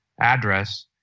address